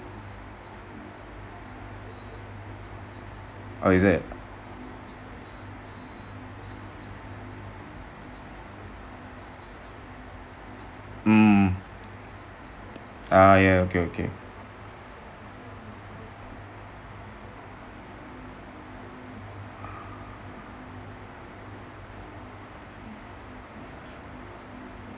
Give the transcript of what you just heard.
oh is it mm oh ya okay okay